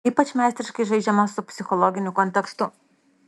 ypač meistriškai žaidžiama su psichologiniu kontekstu